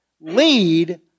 lead